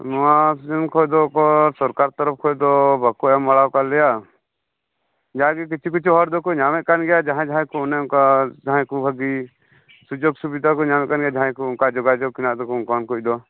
ᱱᱚᱣᱟ ᱥᱤᱡᱮᱱ ᱠᱷᱚᱱ ᱫᱚ ᱚᱱᱠᱟ ᱥᱚᱨᱠᱟᱨ ᱛᱚᱨᱚᱯᱷ ᱠᱷᱚᱱ ᱫᱚ ᱵᱟᱠᱚ ᱮᱢ ᱵᱟᱲᱟ ᱟᱠᱟᱫ ᱞᱮᱭᱟ ᱡᱟ ᱜᱮ ᱠᱤᱪᱷᱩ ᱠᱤᱪᱷᱩ ᱦᱚᱲ ᱫᱚᱠᱚ ᱧᱟᱢᱮᱫ ᱠᱟᱱ ᱜᱮᱭᱟ ᱡᱟᱦᱟᱸᱭ ᱡᱟᱦᱟᱸᱭ ᱠᱚ ᱚᱱᱮ ᱚᱱᱠᱟ ᱡᱟᱦᱟᱸᱭ ᱠᱚ ᱵᱷᱟᱹᱜᱤ ᱥᱩᱡᱳᱜᱽ ᱥᱩᱵᱤᱫᱷᱟ ᱠᱚ ᱧᱟᱢᱮᱫ ᱠᱟᱱ ᱜᱮᱭᱟ ᱡᱟᱦᱟᱸᱭ ᱠᱚ ᱚᱱᱠᱟ ᱡᱳᱜᱟᱡᱳᱜᱽ ᱦᱮᱱᱟᱜ ᱛᱟᱠᱚ ᱚᱱᱠᱟᱱ ᱠᱚᱫᱚ